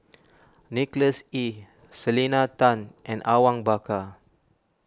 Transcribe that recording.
Nicholas Ee Selena Tan and Awang Bakar